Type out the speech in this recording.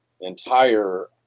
entire